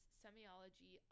semiology